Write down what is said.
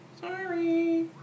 sorry